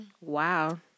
Wow